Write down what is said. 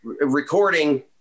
recording